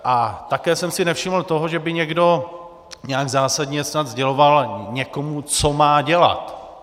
A také jsem si nevšiml toho, že by někdo nějak zásadně snad sděloval někomu, co má dělat.